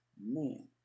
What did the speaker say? Man